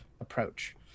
approach